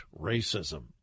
racism